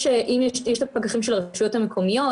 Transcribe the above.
אם יש פקחים של הרשויות המקומיות,